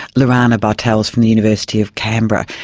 lorana bartels from the university of canberra.